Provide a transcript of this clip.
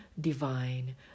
divine